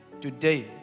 Today